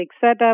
setup